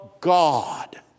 God